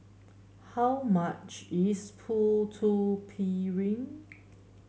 how much is Putu Piring